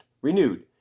renewed